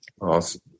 Awesome